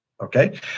okay